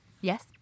Yes